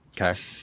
Okay